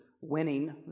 winning